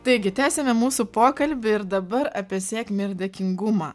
taigi tęsiame mūsų pokalbį ir dabar apie sėkmę ir dėkingumą